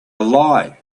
lie